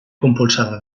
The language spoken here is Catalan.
compulsada